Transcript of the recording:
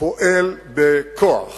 פועל בכוח